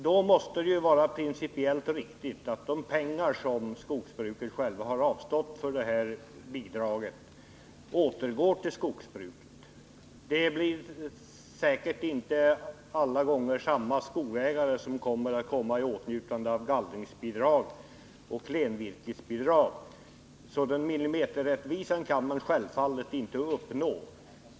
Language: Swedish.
Då borde det vara principiellt riktigt att de pengar som skogsbruket självt har avstått för detta bidrag återgår till skogsbruket. Det blir säkert inte alla gånger samma skogsägare som kommer i åtnjutande av gallringsbidraget och klenvirkesbidraget, så någon millimeterrättvisa kan man självfallet inte uppnå.